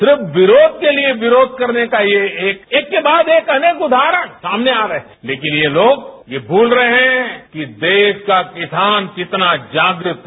सिर्फ विरोध के लिए विरोध करने का ये एक एक के बाद एक अनेक उदाहरण सामने आ गए लेकिन ये लोग ये भूल रहे हैं कि देश का किसान कितना जागृत है